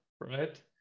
right